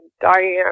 Diane